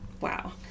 Wow